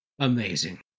amazing